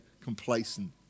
complacent